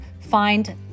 find